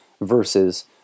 versus